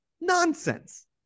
nonsense